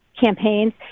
campaigns